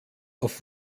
auf